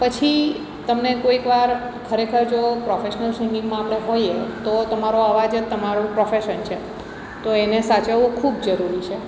પછી તમને કોઈકવાર ખરેખર જો પ્રોફેશનલ સિંગિંગમાં આપણે હોઈએ તો તમારો અવાજ જ તમારું પ્રોફેશન છે તો એને સાચવવું ખૂબ જરૂરી છે